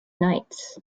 nights